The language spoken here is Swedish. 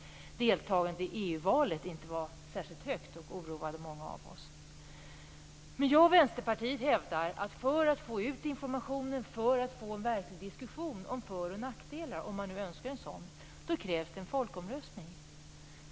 Deltagandet i EU-valet var inte särskilt högt, och det oroade många av oss. Jag och Vänsterpartiet hävdar att det för att få ut informationen och få till stånd en verklig diskussion om för och nackdelar, om man nu önskar en sådan, krävs en folkomröstning.